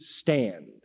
stand